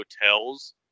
hotels